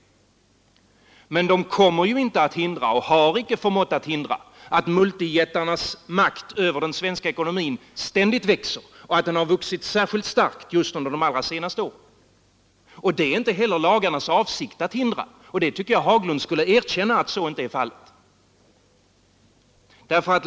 Dessa lagar kommer inte att hindra och har icke förmått hindra att multijättarnas makt över den svenska ekonomin ständigt växer och vuxit särskilt starkt under de allra senaste åren. Det är inte heller lagarnas avsikt att förhindra detta, och det tycker jag att herr Haglund borde erkänna.